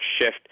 shift